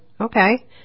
okay